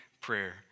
prayer